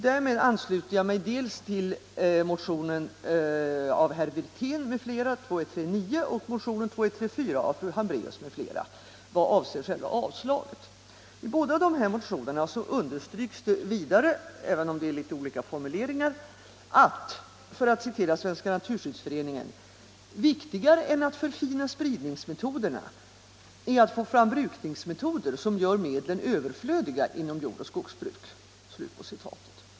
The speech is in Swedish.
Därmed ansluter jag mig till motion 2139 av herr Wirtén m.fl. och motion 2134 av fru Hambraeus m.fl. i fråga om själva avslaget. I båda dessa motioner understryks vidare, även om det är olika formuleringar, att — för att citera Svenska naturskyddsföreningen — ”viktigare än att förfina spridningsmetoderna är att få fram brukningsmetoder som gör medlen överflödiga inom jordoch skogsbruk”.